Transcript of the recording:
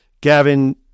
Gavin